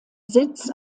sitz